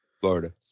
Florida